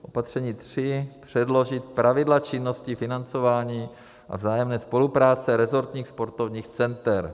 Opatření tři předložit pravidla činnosti financování a vzájemné spolupráce rezortních sportovních center.